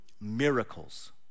miracles